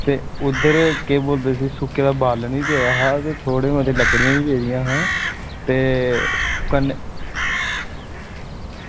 ते उद्धर केह् बोलदे सुक्के दा बालन बी पेदा हा ते थोह्ड़ी बहुत लकड़ियां बी पेदियां हियां ते कन्नै